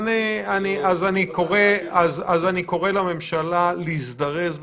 אני קורא לממשלה להזדרז בדברים.